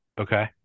Okay